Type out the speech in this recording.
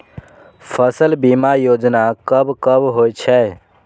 फसल बीमा योजना कब कब होय छै?